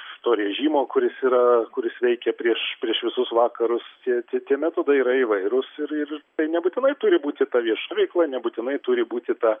to režimo kuris yra kuris veikė prieš prieš visus vakarus tie tie metodai yra įvairūs ir ir tai nebūtinai turi būti ta vieša veikla nebūtinai turi būti ta